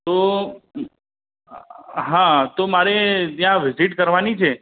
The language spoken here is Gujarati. તો હા તો મારે ત્યાં વિઝિટ કરવાની છે